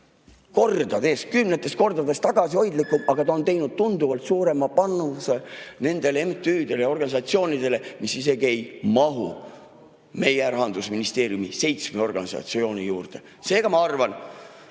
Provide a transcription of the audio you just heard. kordades, kümnetes kordades tagasihoidlikum, aga ta on andnud tunduvalt suurema panuse nendele MTÜ-dele ja organisatsioonidele, mis isegi ei mahu meie Rahandusministeeriumi seitsme organisatsiooni sekka. Seega, ma arvan: